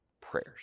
prayers